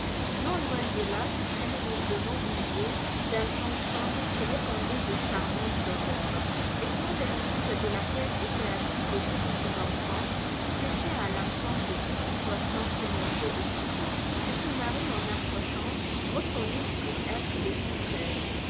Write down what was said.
non loin de là se traînait lourdement une eau d'un jaune sombre qui répandait de charmantes odeurs et sur les rives de laquelle étaient assis de beaux petits enfants qui pêchaient à l'hameçon de petits poissons qu'ils mangeaient aussitôt et que marie en approchant reconnut pour être des sucreries